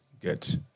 get